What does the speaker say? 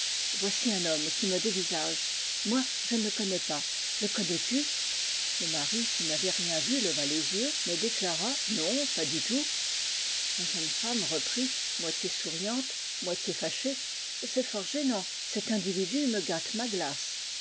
voici un homme qui me dévisage moi je ne le connais pas le connais-tu le mari qui n'avait rien vu leva les yeux mais déclara non pas du tout la jeune femme reprit moitié souriante moitié fâchée c'est fort gênant cet individu me gâte ma glace